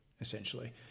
essentially